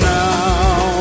now